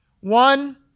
One